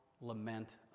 lament